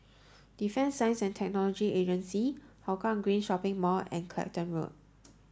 Defence Science and Technology Agency Hougang Green Shopping Mall and Clacton Road